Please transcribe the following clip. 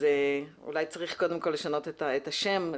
אולי צריך קודם כל לשנות את השם.